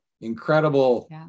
incredible